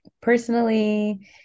personally